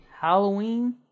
Halloween